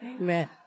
Amen